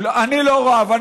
אני לא רב.